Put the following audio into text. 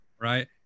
Right